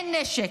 אין נשק,